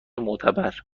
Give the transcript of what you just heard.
معتبر